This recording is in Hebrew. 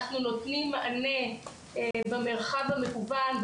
אנחנו נותנים מענה במרחב המקוון,